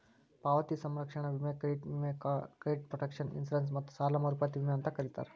ಪಾವತಿ ಸಂರಕ್ಷಣಾ ವಿಮೆ ಕ್ರೆಡಿಟ್ ವಿಮೆ ಕ್ರೆಡಿಟ್ ಪ್ರೊಟೆಕ್ಷನ್ ಇನ್ಶೂರೆನ್ಸ್ ಮತ್ತ ಸಾಲ ಮರುಪಾವತಿ ವಿಮೆ ಅಂತೂ ಕರೇತಾರ